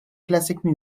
classical